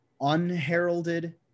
unheralded